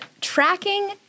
tracking